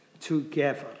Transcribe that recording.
together